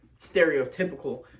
stereotypical